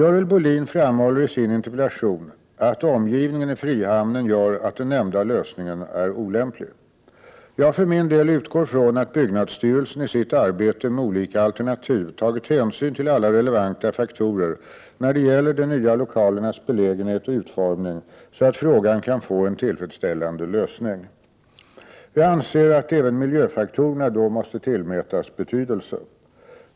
Görel Bohlin framhåller i sin interpellation att omgivningen i frihamnen gör att den nämnda lösningen är olämplig. Jag för min del utgår från att byggnadsstyrelsen i sitt arbete med olika alternativ tagit hänsyn till alla relevanta faktorer när det gäller de nya lokalernas belägenhet och utformning så att frågan kan få en tillfredsställande lösning. Jag anser att även miljöfaktorerna då måste tillmätas betydelse.